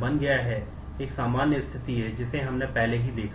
बन गया है एक सामान्य स्थिति है जिसे हमने पहले ही देखा है